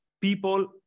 people